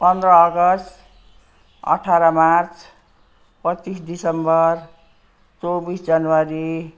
पन्ध्र अगस्ट अठाह्र मार्च पच्चिस डिसेम्बर चौबिस जनवरी